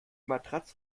matratze